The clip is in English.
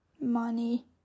money